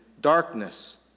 darkness